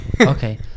okay